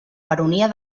baronia